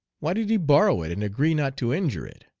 why did he borrow it and agree not to injure it?